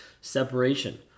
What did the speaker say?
separation